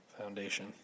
foundation